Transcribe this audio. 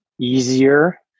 Easier